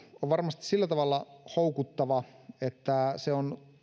varmasti sillä tavalla houkuttava että se on